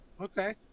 okay